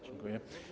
Dziękuję.